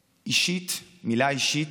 אישית, מילה אישית: